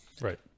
Right